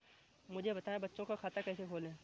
मुझे बताएँ बच्चों का खाता कैसे खोलें?